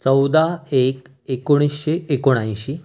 चौदा एक एकोणीसशे एकोणऐंशी